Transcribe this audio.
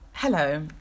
Hello